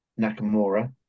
Nakamura